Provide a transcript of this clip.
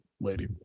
lady